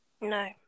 No